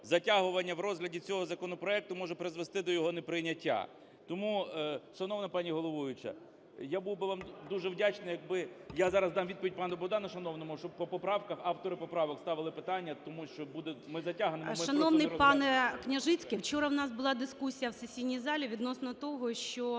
в розгляді цього законопроекту може призвести до його неприйняття. Тому, шановна пані головуюча, я був би вам дуже вдячний, якби… (я зараз дам відповідь пану Богдану шановному), щоб по поправках автори поправок ставили питання, тому що будуть… ми затягнемо… ГОЛОВУЮЧИЙ. Шановний пане Княжицький, вчора у нас була дискусія в сесійній залі відносно того, що